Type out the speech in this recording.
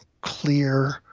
clear